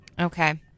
Okay